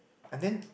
and then